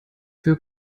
wir